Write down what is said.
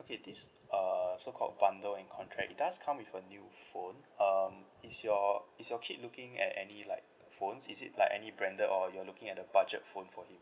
okay this uh so called bundle and contract does come with a new phone um is your is your kid looking at any like phones is it like any branded or you are looking at a budget phone for him